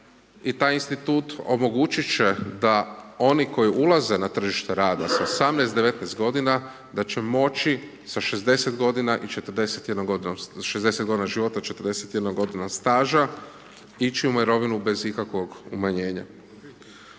i taj institut omogućit će da oni koji ulaze na tržište rada sa 18, 19 godina, da će moći sa 60 godina i 41 godinom, 60 godina života i 41 godinom staža, ići u mirovinu bez ikakvog umanjenja.